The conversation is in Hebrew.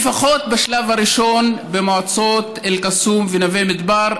לפחות, בשלב הראשון, במועצות אל-קסום ונווה מדבר.